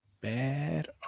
Bad